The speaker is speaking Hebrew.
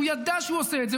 ידע שהוא עושה את זה,